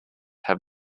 have